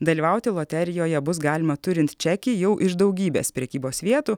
dalyvauti loterijoje bus galima turint čekį jau iš daugybės prekybos vietų